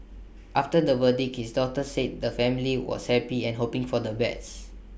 after the verdict his daughter said the family was happy and hoping for the best